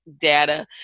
data